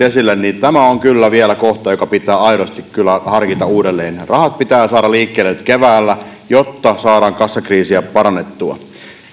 esille on kyllä vielä kohta joka pitää aidosti harkita uudelleen ne rahat pitää saada liikkeelle nyt keväällä jotta saadaan kassakriisiä parannettua